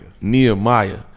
Nehemiah